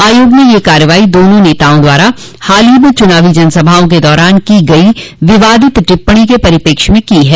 आयोग ने यह कार्रवाई दोनों नेताओं द्वारा हाल ही में चुनावी जनसभाओं के दौरान की गई विवादित टिप्पणी के परिपेक्ष्य में की है